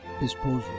disposal